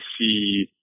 see